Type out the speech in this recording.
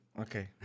Okay